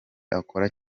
akora